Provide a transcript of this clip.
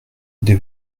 des